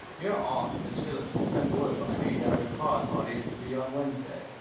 your aunt, mrs. phillips, has sent word by me that her card-party is to be on wednesday.